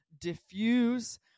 diffuse